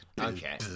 Okay